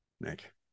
nick